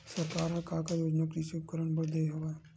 सरकार ह का का योजना कृषि उपकरण बर दे हवय?